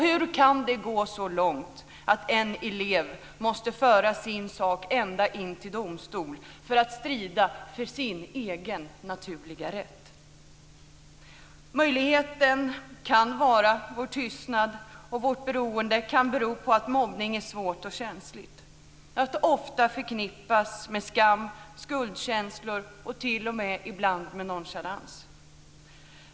Hur kan det gå så långt att en elev måste föra sin sak ända till domstol för att strida för sin egen naturliga rätt? Vår tystnad kan bero på att mobbning är svårt och känsligt. Det förknippas ofta med skam, skuldkänslor och ibland t.o.m. med nonchalans.